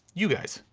you guys.